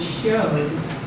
shows